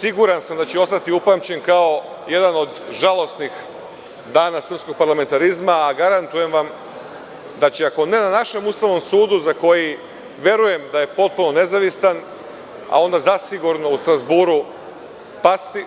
Siguran sam da će upamćen kao jedan od žalosnih dana srpskog parlamentarizma, a garantujem vam, da će ako ne na našem Ustavnom sudu za koji verujem da je potpuno nezavistan, a onda zasigurno u Strazburu pasti,